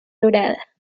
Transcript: dorada